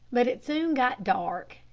but it soon got dark,